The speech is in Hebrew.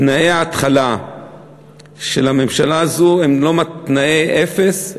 תנאי ההתחלה של הממשלה הזאת הם לא תנאי אפס,